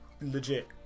legit